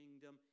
kingdom